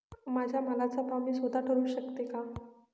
माझ्या मालाचा भाव मी स्वत: ठरवू शकते का?